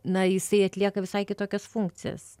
na jisai atlieka visai kitokias funkcijas